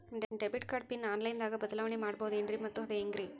Debit card PIN online ದಾಗ ಬದಲಾವಣೆ ಮಾಡಬಹುದೇನ್ರಿ ಮತ್ತು ಅದು ಹೆಂಗ್ರಿ?